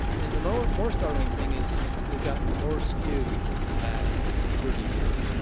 and the more more startling thing is they've gotten more skewed over the past thirty years.